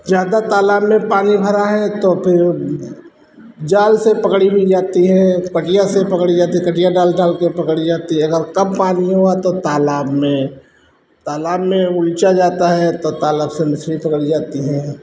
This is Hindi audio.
ज़्यादा तालाब में पानी भरा है तो फिर जाल से पकड़ी नहीं जाती है कटिया से पकड़ी जाती है कटिया डालता है कोई पकड़ ली जाती है अगर कम पानी हुआ तो तालाब में तालाब में उलचा जाता है तो तालाब से मछली पकड़ ली जाती है